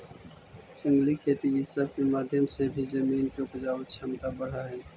जंगली खेती ई सब के माध्यम से भी जमीन के उपजाऊ छमता बढ़ हई